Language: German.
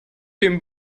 dem